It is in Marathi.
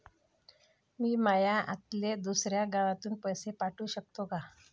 मी माया आत्याले दुसऱ्या गावातून पैसे पाठू शकतो का?